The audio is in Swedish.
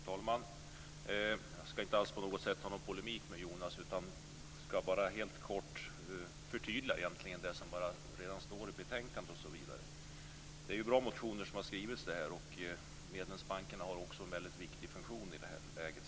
Fru talman! Jag ska inte alls på något sätt ingå i polemik med Jonas Ringqvist utan ska bara helt kort förtydliga det som redan står i betänkandet. Det är bra motioner som har skrivits. Medlemsbankerna har också en väldigt viktig funktion i detta läge.